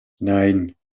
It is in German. nein